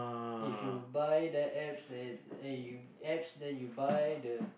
if you buy that apps then then you apps then you buy the